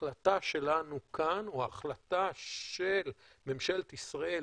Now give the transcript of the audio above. ההחלטה שלנו כאן או ההחלטה של ממשלת ישראל